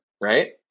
right